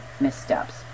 missteps